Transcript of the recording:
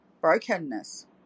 brokenness